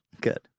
Good